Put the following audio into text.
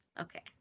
Okay